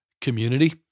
Community